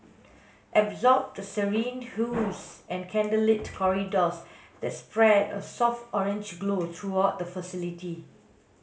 absorb the serene hues and candlelit corridors that spread a soft orange glow throughout the facility